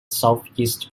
southeast